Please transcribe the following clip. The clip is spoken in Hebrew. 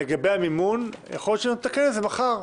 לגבי המימון - יכול להיות שנתקן את זה מחר.